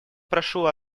прошу